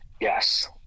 Yes